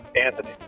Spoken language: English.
Anthony